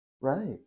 Right